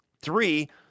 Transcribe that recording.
three